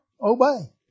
Obey